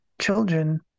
children